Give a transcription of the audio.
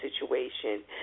situation